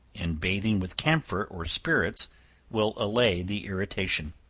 and bathing with camphor or spirits will allay the irritation.